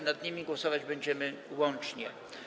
Nad nimi głosować będziemy łącznie.